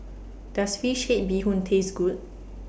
Does Fish Head Bee Hoon Taste Good